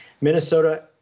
minnesota